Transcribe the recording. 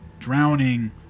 drowning